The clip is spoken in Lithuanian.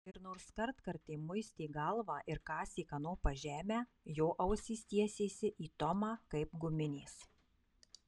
ir nors kartkartėm muistė galvą ir kasė kanopa žemę jo ausys tiesėsi į tomą kaip guminės